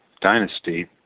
dynasty